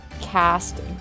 cast